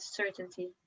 certainty